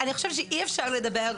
אני חושבת שאי אפשר לדבר,